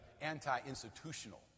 anti-institutional